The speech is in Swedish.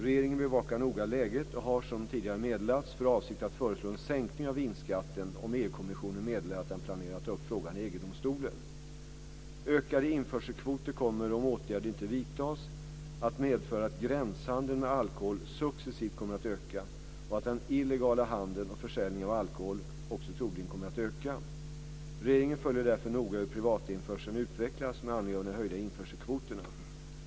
Regeringen bevakar noga läget och har, som tidigare meddelats, för avsikt att föreslå en sänkning av vinskatten om EU-kommissionen meddelar att den planerar att ta upp frågan i EG-domstolen. Ökade införselkvoter kommer, om åtgärder inte vidtas, att medföra att gränshandeln med alkohol successivt kommer att öka och att den illegala handeln och försäljningen av alkohol också troligen kommer att öka. Regeringen följer därför noga hur privatinförseln utvecklas med anledning av de höjda införselkvoterna.